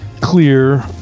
clear